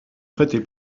prêté